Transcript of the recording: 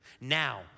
Now